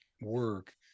work